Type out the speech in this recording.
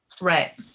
Right